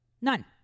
None